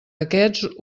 aquests